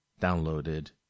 downloaded